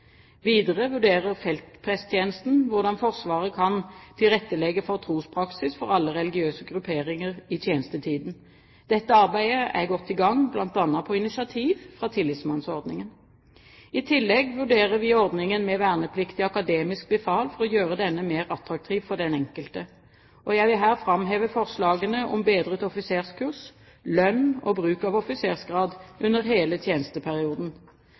Videre vurderer feltpresttjenesten hvordan Forsvaret kan tilrettelegge for trospraksis for alle religiøse grupperinger i tjenestetiden. Dette arbeidet er godt i gang, bl.a. etter initiativ fra Tillitsmannsordningen. I tillegg vurderer vi ordningen med vernepliktig akademisk befal for å gjøre denne mer attraktiv for den enkelte. Jeg vil her framheve forslagene om bedret offiserskurs, lønn og bruk av offisersgrad under hele tjenesteperioden.